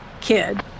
kid